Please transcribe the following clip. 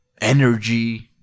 energy